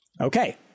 Okay